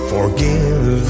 Forgive